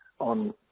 on